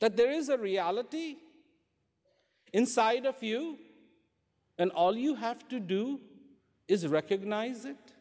that there is a reality inside of you and all you have to do is recognize it